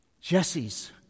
Jesse's